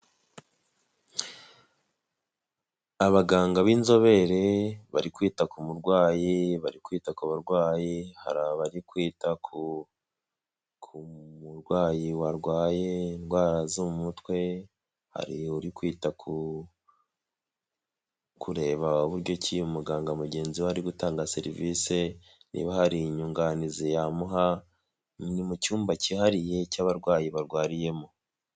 Abaganga b'inzobere bari kwita ku murwayi, bari kwita ku barwayi, hari abari kwita ku murwayi warwaye indwara zo mu mutwe, hari uri kwita ku kureba uburyo ki umuganga mugenzi we ari gutanga serivise niba hari inyunganizi yamuha, ni mu cyumba cyihariye cy'abarwayi barwariyemo.